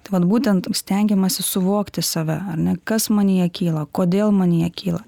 tai vat būtent stengiamasi suvokti save ar ne kas manyje kyla kodėl manyje kyla